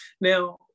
Now